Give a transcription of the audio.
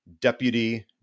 deputy